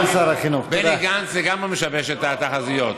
אני בטוח שאם אתם תהיו בקואליציה פה,